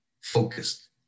focused